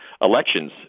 elections